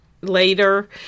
later